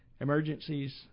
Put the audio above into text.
emergencies